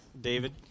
David